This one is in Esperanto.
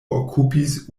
okupis